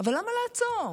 אבל למה לעצור?